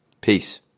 Peace